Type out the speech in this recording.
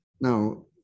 now